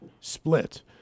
split